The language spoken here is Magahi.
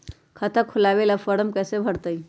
खाता खोलबाबे ला फरम कैसे भरतई?